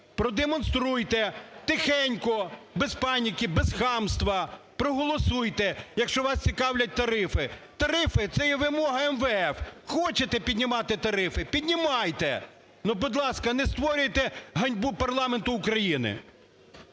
продемонструйте! Тихенько, без паніки, без хамства проголосуйте, якщо вас цікавлять тарифи. Тарифи – це є вимога МВФ. Хочете піднімати тарифи – піднімайте, ну, будь ласка, не створюйте ганьбу парламенту України.